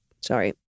Sorry